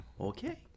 Okay